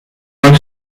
i’ve